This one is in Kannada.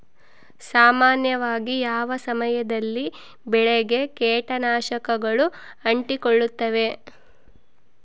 ಸಾಮಾನ್ಯವಾಗಿ ಯಾವ ಸಮಯದಲ್ಲಿ ಬೆಳೆಗೆ ಕೇಟನಾಶಕಗಳು ಅಂಟಿಕೊಳ್ಳುತ್ತವೆ?